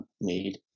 made